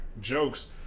jokes